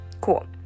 cool